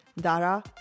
Dara